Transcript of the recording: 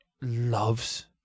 loves